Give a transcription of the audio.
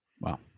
Wow